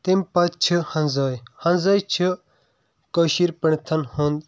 تَمہِ پَتہٕ چھِ ہنٛزٲے ہنٛزٲے چھِ کٲشِر پنڈت تن ہُنٛد